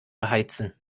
beheizen